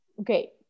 Okay